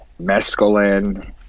mescaline